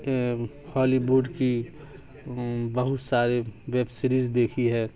ہالی وڈ کی بہت ساری ویب سیریز دیکھی ہے